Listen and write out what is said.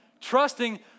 trusting